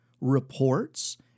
reports